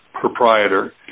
proprietor